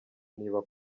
niba